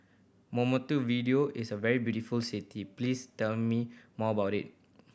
video is a very beautiful city please tell me more about it